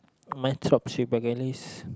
my top three bucket list